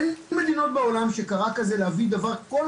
אין מדינות בעולם שקרה בהן דבר כזה.